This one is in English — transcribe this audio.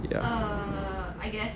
ya